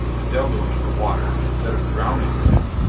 the deluge of water, instead of drowning the city,